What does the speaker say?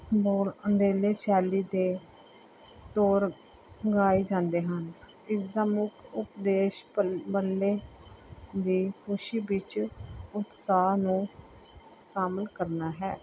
ਬੋਲ ਅੰਦੇਲੇ ਸ਼ੈੱਲੀ ਦੇ ਤੌਰ ਗਾਏ ਜਾਂਦੇ ਹਨ ਇਸ ਦਾ ਮੁੱਖ ਉਪਦੇਸ਼ ਪਰਲ ਬੰਦੇ ਦੀ ਖੁਸ਼ੀ ਵਿੱਚ ਉਤਸ਼ਾਹ ਨੂੰ ਸ਼ਾਮਲ ਕਰਨਾ ਹੈ